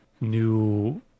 new